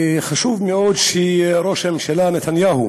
חשוב מאוד שראש הממשלה נתניהו